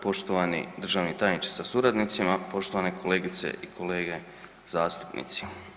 Poštovani državni tajniče sa suradnicima, poštovane kolegice i kolege zastupnici.